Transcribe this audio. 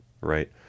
Right